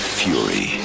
fury